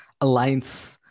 alliance